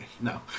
No